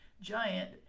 giant